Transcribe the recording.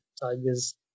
Tigers